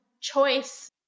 choice